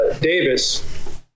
Davis